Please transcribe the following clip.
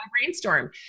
brainstorm